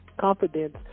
Confidence